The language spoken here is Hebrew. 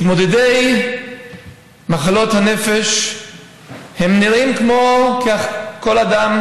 מתמודדי מחלות הנפש נראים כמו כל אדם.